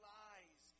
lies